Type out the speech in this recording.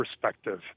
perspective